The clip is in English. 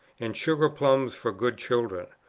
and sugar-plums for good children.